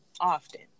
often